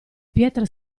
pietre